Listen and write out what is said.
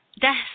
death